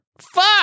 Fuck